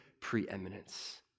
preeminence